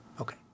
Okay